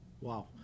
Wow